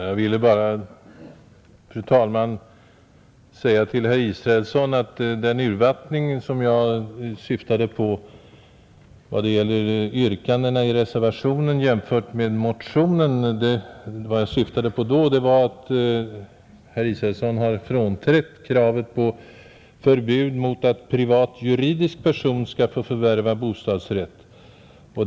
Fru talman! Jag vill bara säga till herr Israelsson att vad jag syftade på med talet om en urvattning av yrkandena i reservationen var att herr Israelsson har frånträtt motionens krav på förbud mot att privat juridisk person skall få förvärva bostadsrätt.